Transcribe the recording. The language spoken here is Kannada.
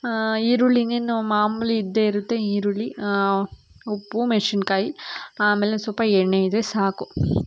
ಈರುಳ್ಳಿ ಇನ್ನೇನು ಮಾಮೂಲಿ ಇದ್ದೇ ಇರುತ್ತೆ ಈರುಳ್ಳಿ ಉಪ್ಪು ಮೆಣಸಿನ್ಕಾಯಿ ಆಮೇಲೆ ಒಂದು ಸ್ವಲ್ಪ ಎಣ್ಣೆ ಇದ್ದರೆ ಸಾಕು